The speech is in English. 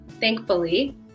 thankfully